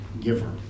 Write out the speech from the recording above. giver